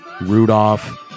Rudolph